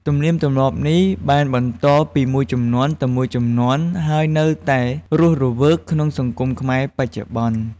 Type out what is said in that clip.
ទំនៀមទម្លាប់នេះបានបន្តពីមួយជំនាន់ទៅមួយជំនាន់ ហើយនៅតែរស់រវើកក្នុងសង្គមខ្មែរបច្ចុប្បន្ន។